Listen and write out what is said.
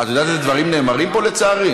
מה, את יודעת איזה דברים נאמרים פה, לצערי?